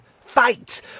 fight